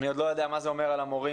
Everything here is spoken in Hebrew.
אני עוד לא יודע מה זה אומר על המורים